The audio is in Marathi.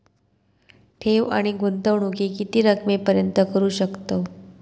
ठेव आणि गुंतवणूकी किती रकमेपर्यंत करू शकतव?